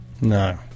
No